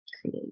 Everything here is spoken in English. create